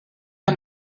dan